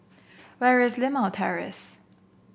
where is Limau Terrace